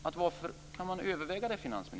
Kan man överväga det, finansministern?